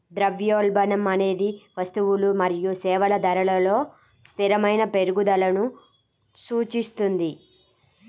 ద్రవ్యోల్బణం అనేది వస్తువులు మరియు సేవల ధరలలో స్థిరమైన పెరుగుదలను సూచిస్తుంది